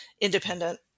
independent